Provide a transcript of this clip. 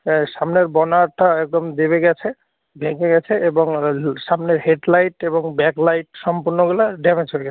হ্যাঁ সামনের বনেটটা একদম দেবে গেছে বেঁকে গেছে এবং সামনের হেড লাইট এবং ব্যাক লাইট সম্পূর্ণগুলা ড্যামেজ হয়ে গেছে